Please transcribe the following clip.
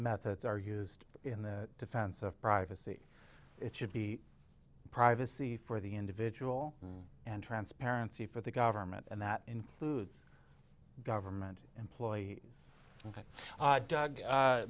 methods are used in the defense of privacy it should be privacy for the individual and transparency for the government and that includes government employee